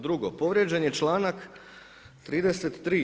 Drugo, povrijeđen je članak 33.